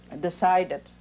decided